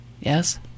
Yes